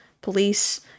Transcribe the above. police